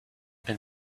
been